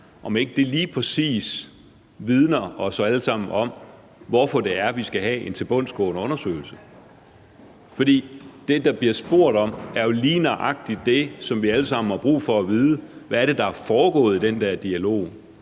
om ikke det lige præcis vidner om for os alle sammen, hvorfor det er, vi skal have en tilbundsgående undersøgelse. Det, der blev spurgt om, var jo lige nøjagtig det, som vi alle sammen har brug for at vide, nemlig hvad det er, der er foregået i den der dialog.